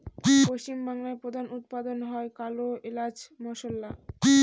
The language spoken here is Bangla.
পশ্চিম বাংলায় প্রধান উৎপাদন হয় কালো এলাচ মসলা